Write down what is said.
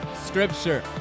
Scripture